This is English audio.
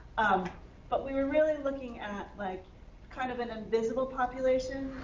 um but we were really looking at like kind of an invisible population.